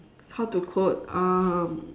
how to code um